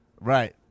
right